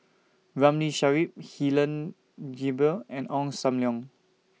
Ramli Sarip Helen Gilbey and Ong SAM Leong